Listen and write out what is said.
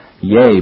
Yea